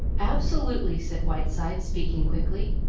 absolutely, said whiteside, speaking quickly.